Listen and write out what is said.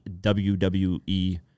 WWE